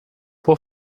por